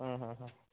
ಹ್ಞೂ ಹ್ಞೂ ಹ್ಞೂ